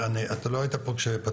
אתה לא היית פה כשפתחתי,